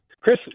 Chris